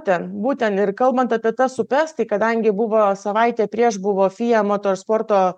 ten būt ten ir kalbant apie tas upes tai kadangi buvo savaitė prieš buvo fijematos sporto